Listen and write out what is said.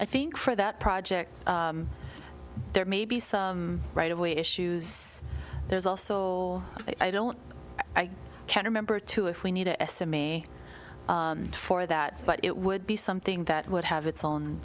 i think for that project there may be some right of way issues there's also i don't i can't remember too if we need to estimate for that but it would be something that would have its own